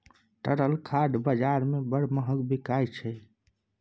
तरल खाद बजार मे बड़ महग बिकाय छै